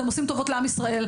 אתם עושים טובות לעם ישראל.